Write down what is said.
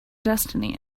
destiny